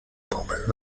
baumeln